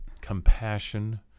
compassion